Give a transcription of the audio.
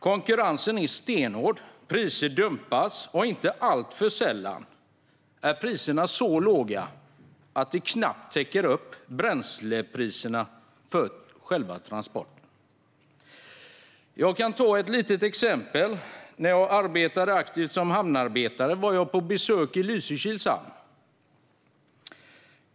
Konkurrensen är stenhård, och priser dumpas. Inte sällan är priserna så låga att de knappt täcker bränslekostnaden för själva transporten. Låt mig ta ett exempel. När jag var aktiv hamnarbetare var jag på besök i Lysekils hamn.